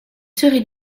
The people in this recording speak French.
seraient